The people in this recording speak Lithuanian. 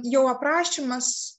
jau aprašymas